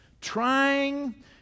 trying